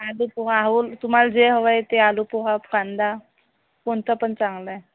आलू पोहा हो तुम्हाला जे हवं आहे ते आलू पोहा कांदा कोणतं पण चांगलं आहे